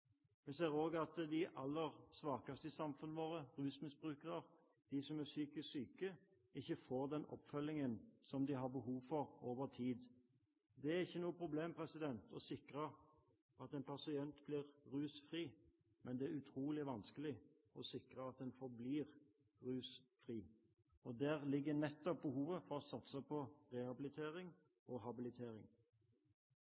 Vi ser også at de aller svakeste i samfunnet vårt, rusmisbrukerne og de som er psykisk syke, ikke får den oppfølgingen som de har behov for over tid. Det er ikke noe problem å sikre at en pasient blir rusfri, men det er utrolig vanskelig å sikre at han forblir rusfri. Og nettopp der ligger behovet for å satse på rehabilitering